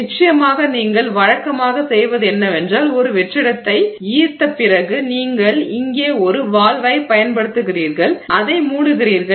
நிச்சயமாக நீங்கள் வழக்கமாக செய்வது என்னவென்றால் ஒரு வெற்றிடத்தை ஈர்த்த வரைந்த பிறகு நீங்கள் இங்கே ஒரு வால்வை பயன்படுத்துகிறீர்கள் அதை மூடுகிறீர்கள்